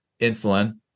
insulin